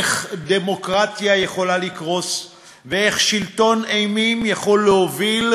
איך דמוקרטיה יכולה לקרוס ואיך שלטון אימים יכול להוביל,